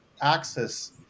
access